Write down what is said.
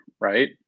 right